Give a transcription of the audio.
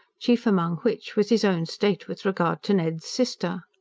chief among which was his own state with regard to ned's sister.